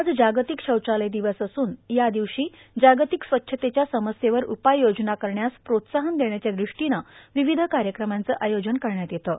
आज जागतिक शौचालय दिवस असून या दिवशी जागतिक स्वच्छतेच्या समस्येवर उपाययोजना करण्यास प्रोत्साहन देण्याच्या दृष्टीनं विविध कार्यक्रमांचं आयोजन करण्यात येतं